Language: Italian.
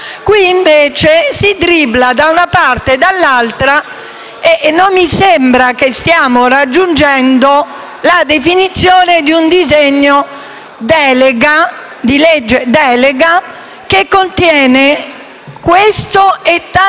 Qui invece si dribbla da una parte e dall'altra e non mi sembra che stiamo raggiungendo la definizione di un disegno di legge delega, che contiene questo e tanto